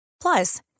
Plus